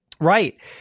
Right